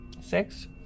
Six